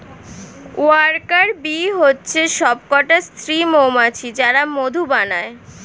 worker bee হচ্ছে সবকটা স্ত্রী মৌমাছি যারা মধু বানায়